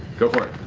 go for it.